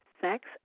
sex